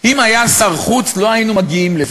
אם היה שר חוץ, לא היינו מגיעים לזה.